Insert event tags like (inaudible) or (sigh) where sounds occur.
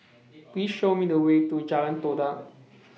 (noise) Please Show Me The Way to Jalan Todak